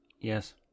Yes